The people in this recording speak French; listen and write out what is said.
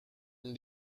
une